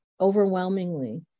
overwhelmingly